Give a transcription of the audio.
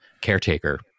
caretaker